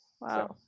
Wow